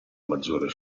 maggiore